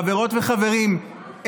חברות וחברים,